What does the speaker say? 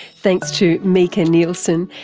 thanks to mika nielsen,